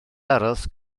aros